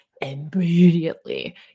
immediately